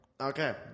Okay